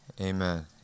amen